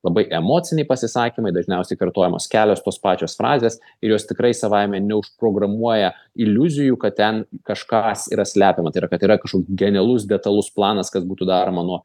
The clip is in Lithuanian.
labai emociniai pasisakymai dažniausiai kartojamos kelios tos pačios frazės ir jos tikrai savaime neužprogramuoja iliuzijų kad ten kažkas yra slepiama tai yra kad yra kažkoks genialus detalus planas kas būtų daroma nuo